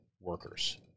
workers